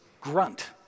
grunt